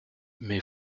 mais